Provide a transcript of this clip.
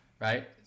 right